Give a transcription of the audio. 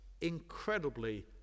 incredibly